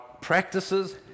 practices